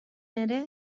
ere